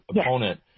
opponent